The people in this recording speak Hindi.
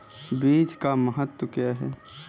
बीज का महत्व क्या है?